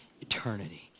eternity